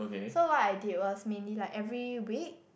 so what I did was mainly like every week